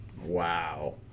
Wow